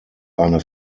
eine